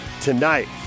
tonight